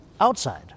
outside